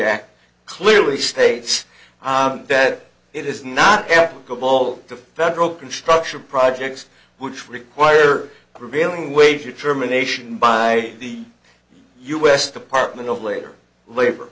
act clearly states that it is not applicable to federal construction projects which require prevailing wage a termination by the u s department of labor labor